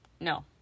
no